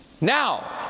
Now